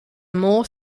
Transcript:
more